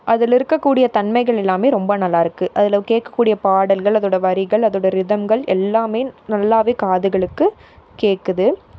அதில் இருக்கக்கூடிய தன்மைகள் எல்லாம் ரொம்ப நல்லா இருக்கு அதில் கேட்கக்கூடிய பாடல்கள் அதோட வரிகள் அதோட ரிதங்கள் எல்லாம் நல்லா காதுகளுக்கு கேட்குது